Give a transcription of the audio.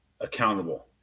accountable